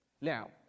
Now